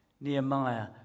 Nehemiah